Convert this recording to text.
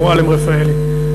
מועלם-רפאלי.